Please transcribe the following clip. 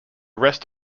rest